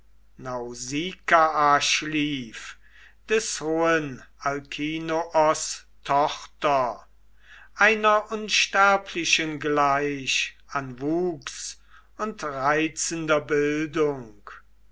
nausikaa schlief des hohen alkinoos tochter einer unsterblichen gleich an wuchs und reizender bildung